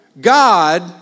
God